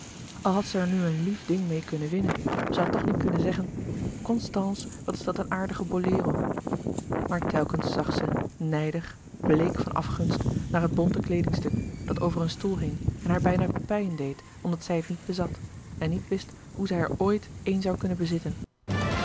zij er nu een lief ding meê kunnen winnen zij had toch niet kunnen zeggen constance wat is dat een aardige louis couperus de boeken der kleine zielen bolero maar telkens zag zij nijdig bleek van afgunst naar het bonten kleedingstuk dat over een stoel hing en haar bijna pijn deed omdat zij het niet bezat en niet wist hoe zij er ooit een zoû kunnen bezitten